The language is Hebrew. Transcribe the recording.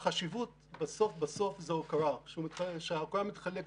הוא שואל מהי ההתפלגות.